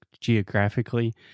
geographically